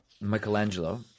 Michelangelo